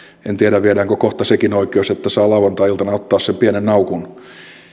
en tiedä viedäänkö kohta sekin oikeus että saa lauantai iltana ottaa sen pienen naukun